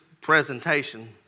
presentation